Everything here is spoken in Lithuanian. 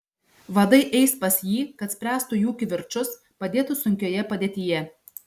vadai eis pas jį kad spręstų jų kivirčus padėtų sunkioje padėtyje